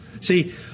See